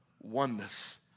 Oneness